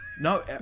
no